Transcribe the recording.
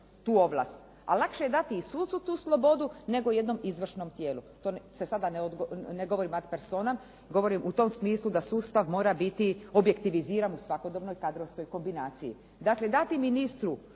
tu ovlast, a lakše je dati i sucu tu slobodu nego jednom izvršnom tijelu. To sada ne govorim ad personam, govorim u tom smislu da sustav mora biti objektiviziran u svakodobnoj …/Govornica se ne razumije./… kombinaciji. Dakle, dati ministru